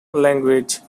language